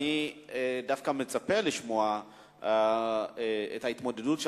אני דווקא מצפה לשמוע על ההתמודדות של